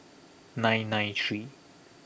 nine nine three